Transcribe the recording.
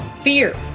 fear